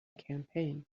campaign